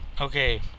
Okay